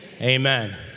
amen